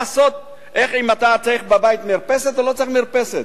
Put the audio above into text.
או אם אתה צריך בבית מרפסת או לא צריך מרפסת.